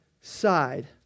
side